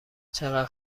چقدر